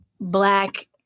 Black